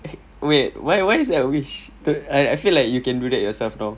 eh wait why why is that a wish to I I feel like you can do that yourself though